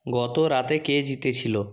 গত রাতে কে জিতেছিলো